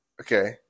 Okay